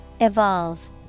Evolve